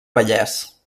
vallès